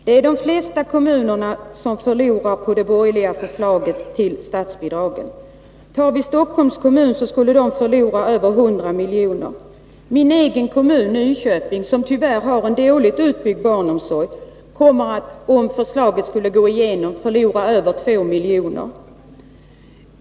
Herr talman! De flesta kommuner, Rune Gustavsson, förlorar på det borgerliga förslaget till statsbidrag. Stockholms kommun skulle exempelvis förlora över 100 milj.kr. Min egen kommun Nyköping, som tyvärr har en dåligt utbyggd barnomsorg, kommer, om förslaget skulle gå igenom, att förlora över 2 milj.kr.